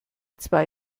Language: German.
zwei